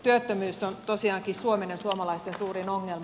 työttömyys on tosiaankin suomen ja suomalaisten suurin ongelma